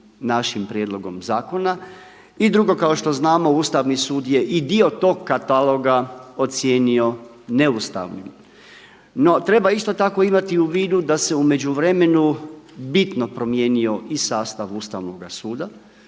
našim prijedlogom zakona. I drugo kao što znamo Ustavni sud je i dio tog kataloga ocijenio neustavnim. No, treba isto tako imati u vidu da se u međuvremenu bitno promijenio i sastav Ustavnoga suda,